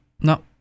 No